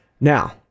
Now